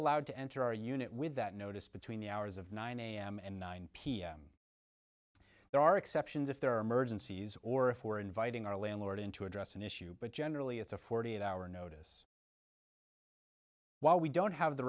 allowed to enter our unit with that notice between the hours of nine am and nine pm there are exceptions if there are emergencies or if we're inviting our landlord in to address an issue but generally it's a forty eight hour notice while we don't have the